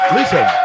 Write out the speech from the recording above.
Listen